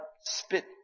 spit